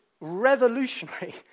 revolutionary